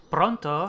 Pronto